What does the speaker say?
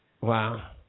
Wow